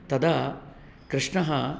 तदा कृष्णः